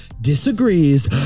disagrees